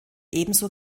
ebenso